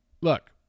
look